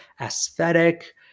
aesthetic